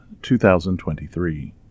2023